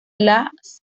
las